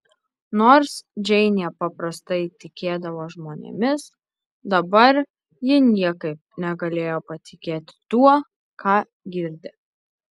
nors džeinė paprastai tikėdavo žmonėmis dabar ji niekaip negalėjo patikėti tuo ką girdi